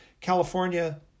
California